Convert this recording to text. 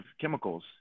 chemicals